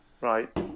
Right